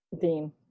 Dean